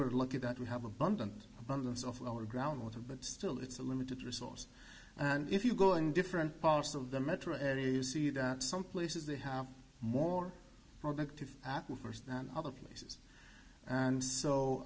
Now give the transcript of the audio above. were lucky that we have abundant abundance of lower ground water but still it's a limited resource and if you go in different parts of the metro area you see that some places they have more productive apple first than other places and so